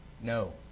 No